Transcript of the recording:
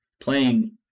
playing